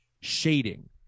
shading